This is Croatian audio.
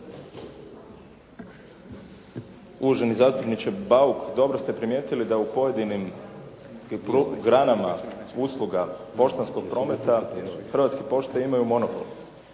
Uvaženi zastupniče Bauk, dobro ste primijetili da u pojedinim granama usluga poštanskog prometa Hrvatske pošte imaju monopol.